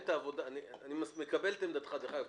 אני מקבל את דעתך, אני